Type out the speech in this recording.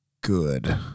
good